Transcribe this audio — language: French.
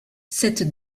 cette